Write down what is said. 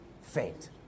faint